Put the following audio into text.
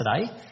today